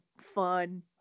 fun